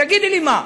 תגידי לי מה.